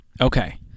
Okay